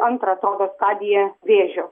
antrą atrodo stadiją vėžio